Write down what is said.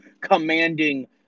commanding